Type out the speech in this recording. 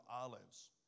Olives